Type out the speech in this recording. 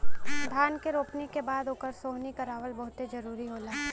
धान के रोपनी के बाद ओकर सोहनी करावल बहुते जरुरी होला